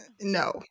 No